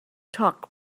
talk